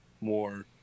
more